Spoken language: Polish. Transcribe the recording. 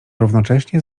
równocześnie